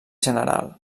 general